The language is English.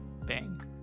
Bang